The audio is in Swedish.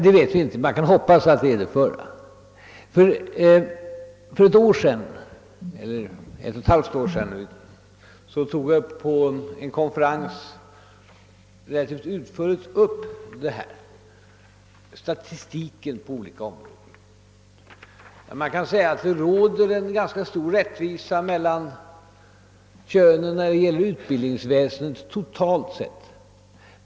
Det vet vi inte, men vi får hoppas att vi har nått flickorna. För ungefär ett och ett halvt år sedan tog vi på en konferens upp frågan om statistiken på olika områden relativt utförligt. Man kan säga att det totalt sett råder en ganska stor rättvisa mellan könen när det gäller utbildningsväsendet.